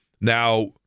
now